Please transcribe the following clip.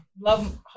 love